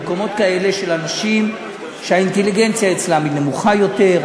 במקומות כאלה של אנשים שהאינטליגנציה אצלם היא נמוכה יותר,